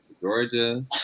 Georgia